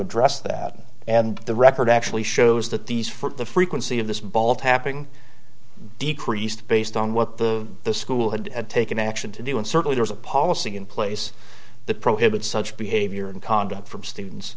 address that and the record actually shows that these for the frequency of this ball tapping decreased based on what the school had at taken action to do and certainly there's a policy in place the prohibit such behavior and conduct from students